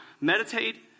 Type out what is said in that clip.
Meditate